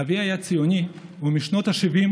אבי היה ציוני, ומשנות השבעים